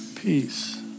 Peace